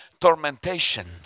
tormentation